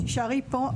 את תישארי פה,